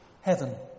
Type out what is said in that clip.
heaven